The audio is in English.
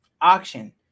Auction